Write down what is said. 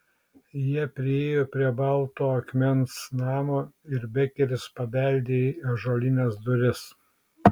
jie priėjo prie balto akmens namo ir bekeris pabeldė į ąžuolines duris